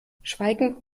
schweigend